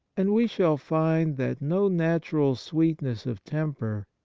and we shall find that no natural sweetness of temper,